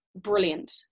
brilliant